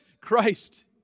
Christ